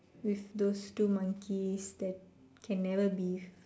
with those two monkeys that can never be